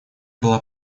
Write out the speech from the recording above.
была